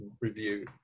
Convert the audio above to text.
Review